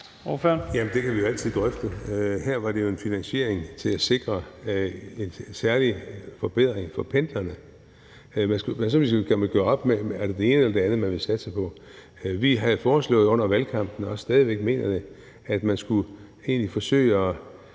(DD): Jamen det kan vi jo altid drøfte. Her var det en finansiering til at sikre en særlig forbedring for pendlerne. Men sådan, kan man sige, kan man gøre op, om det er det ene eller det andet, man vil satse på. Vi havde foreslået under valgkampen – og stadig væk mener vi det – at man egentlig skulle forsøge at